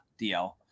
dl